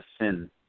sin